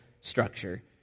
structure